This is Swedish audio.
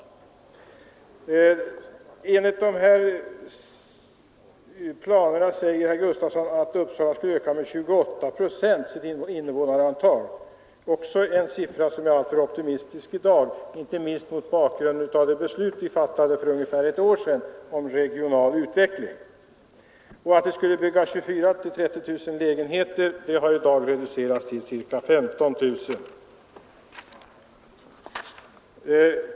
Herr Gustafsson säger att Uppsalas invånarantal skulle öka med 28 procent. Det är också en siffra som är alltför optimistisk i dag, inte minst mot bakgrund av det beslut som vi fattade för ungefär ett år sedan om regional utveckling. De 24 000-30 000 lägenheter som enligt uppgift skulle byggas har i dag reducerats till ca 15 000.